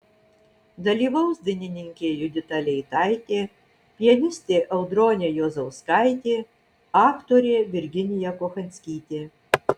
dalyvaus dainininkė judita leitaitė pianistė audronė juozauskaitė aktorė virginija kochanskytė